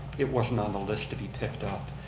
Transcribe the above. it wasn't on the list to be picked up.